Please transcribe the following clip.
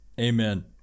Amen